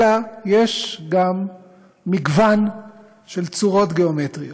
אלא יש גם מגוון של צורות גאומטריות.